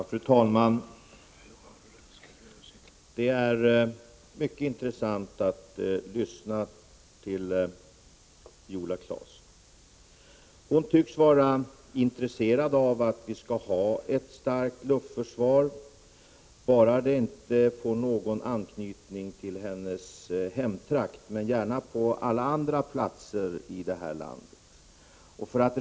Fru talman! Det är mycket intressant att lyssna till Viola Claesson. Hon tycks vara intresserad av att vi har ett starkt luftförsvar så länge det inte får någon anknytning till hennes hemtrakt. Försvaret får däremot gärna vara förlagt till alla andra platser i landet.